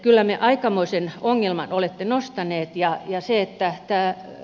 kyllä te aikamoisen ongelman olette nostaneet